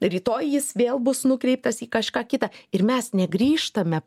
rytoj jis vėl bus nukreiptas į kažką kitą ir mes negrįžtame